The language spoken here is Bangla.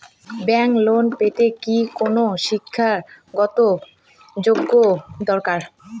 ব্যাংক লোন পেতে কি কোনো শিক্ষা গত যোগ্য দরকার?